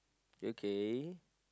okay